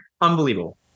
Unbelievable